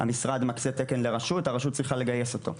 המשרד מקצה תקן לרשות, הרשות צריכה לגייס אותו.